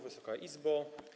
Wysoka Izbo!